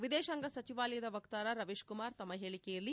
ವಿದೇಶಾಂಗ ಸಚಿವಾಲಯದ ವಕ್ತಾರ ರವೀಶ್ ಕುಮಾರ್ ತಮ್ಮ ಹೇಳಿಕೆಯಲ್ಲಿ